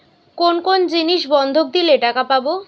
কোন কোন জিনিস বন্ধক দিলে টাকা পাব?